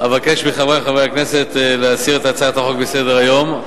אבקש מחברי חברי הכנסת להסיר את הצעת החוק מסדר-היום.